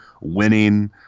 winning